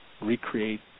recreate